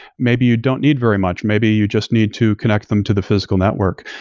maybe you don't need very much. maybe you just need to connect them to the physical network.